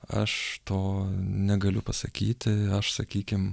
aš to negaliu pasakyti aš sakykim